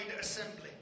assembly